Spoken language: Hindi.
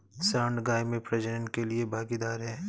सांड गाय में प्रजनन के लिए भागीदार है